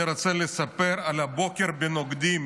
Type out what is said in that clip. אני רוצה לספר על הבוקר בנוקדים,